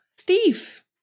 Thief